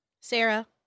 Sarah